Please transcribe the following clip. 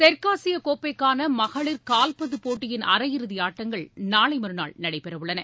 தெற்காசியக் கோப்பைக்கான மகளிர் கால்பந்துப் போட்டியின் அரையிறுதி ஆட்டங்கள் நாளை மறுநாள் நடைபெறவுள்ளன